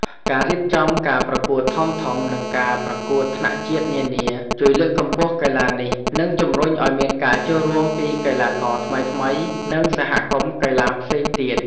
ការរៀបចំការប្រកួតធំៗនិងការប្រកួតថ្នាក់ជាតិនានា ជួយលើកកម្ពស់កីឡានេះ និងជំរុញឲ្យមានការចូលរួមពីកីឡាករថ្មីៗ និងសហគមន៍កីឡាផ្សេងទៀត។